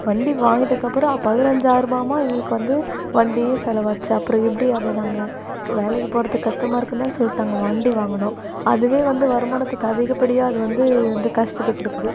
வண்டி வாங்கிட்டக்கப்புறம் பதினஞ்சாயருபாய்மா எங்களுக்கு வந்து வண்டியே செலவாச்சு அப்புறம் எப்படி அதை நாங்கள் வேலைக்கு போகிறதுக்கு கஸ்டமாக இருக்குதுன் தான் சொல்லிட்டு நாங்கள் வண்டி வாங்கினோம் அதுவே வந்து வருமானத்துக்கு அதிகப்படியாக அது வந்து வந்து கஷ்டத்தை கொடுக்குது